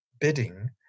bidding